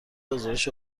آزمایش